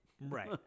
right